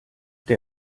der